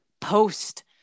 post